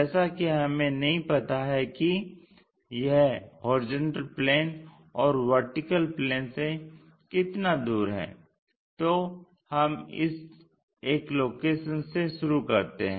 जैसा कि हमें नहीं पता है कि यह HP और VP से कितना दूर है तो हम इस एक लोकेशन से शुरू करते हैं